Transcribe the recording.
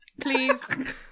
Please